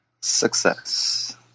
Success